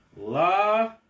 La